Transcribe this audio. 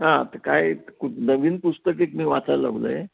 हां तं काय कु नवीन पुस्तके मी वाचायला लागलो आहे